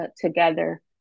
together